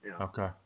Okay